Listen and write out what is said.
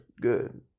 good